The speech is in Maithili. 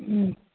हूँ